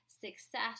success